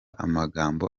amagambo